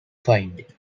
fined